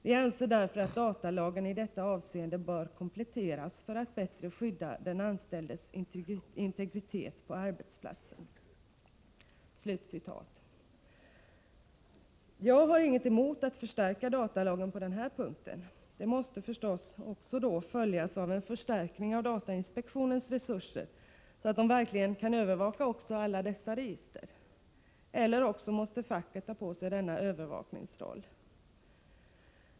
Vi anser därför att datalagen i detta avseende bör kompletteras för att bättre skydda den anställdes integritet på arbetsplatsen.” Jag har inget emot att förstärka datalagen på den här punkten. Det måste förstås följas av en förstärkning av datainspektionens resurser så att man verkligen kan övervaka alla dessa register också. Eller också måste facket ta på sig denna övervakningsroll.